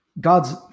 God's